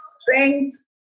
strength